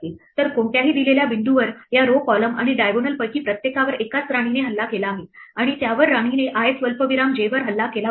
तर कोणत्याही दिलेल्या बिंदूवर या row column आणि diagonal पैकी प्रत्येकावर एकाच राणीने हल्ला केला आहे आणि त्यावर राणीने i स्वल्पविराम j वर हल्ला केला पाहिजे